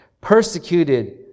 Persecuted